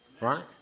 Right